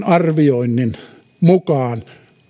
arvioinnin mukaan